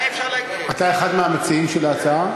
אתה אחד מהמציעים של ההצעה?